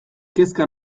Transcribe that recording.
kezka